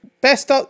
Best